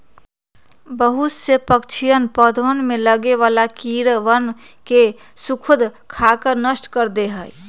बहुत से पक्षीअन पौधवन में लगे वाला कीड़वन के स्खुद खाकर नष्ट कर दे हई